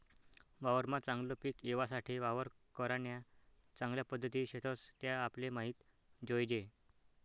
वावरमा चागलं पिक येवासाठे वावर करान्या चांगल्या पध्दती शेतस त्या आपले माहित जोयजे